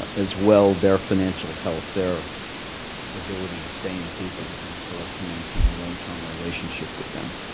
as well, their financial health, their ability to stay in business and for us to maintain a long-term relationship with them.